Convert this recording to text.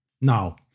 Now